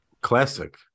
Classic